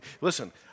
listen